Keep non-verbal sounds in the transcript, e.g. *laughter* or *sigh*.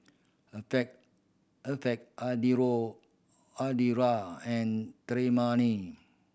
Alferd Alferd *unintelligible* Eudora and Tremayne